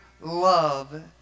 love